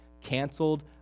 canceled